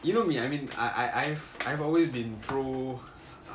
you know me I mean I I I've always been pro